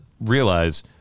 realize